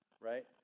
right